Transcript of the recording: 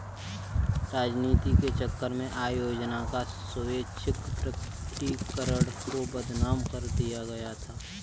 राजनीति के चक्कर में आय योजना का स्वैच्छिक प्रकटीकरण को बदनाम कर दिया गया था